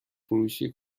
فروشی